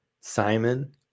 Simon